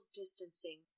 distancing